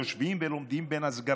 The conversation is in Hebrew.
יושבים ולומדים בין הסגרים.